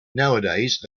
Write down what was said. nowadays